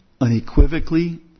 unequivocally